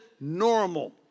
normal